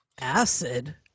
Acid